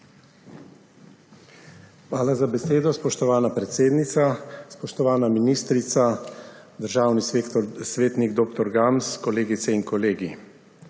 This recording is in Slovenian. Hvala za besedo, spoštovana predsednica. Spoštovana ministrica, državni svetnik dr. Gams, kolegice in kolegi!